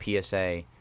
PSA